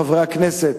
חברי הכנסת,